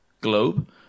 globe